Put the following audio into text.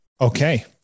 Okay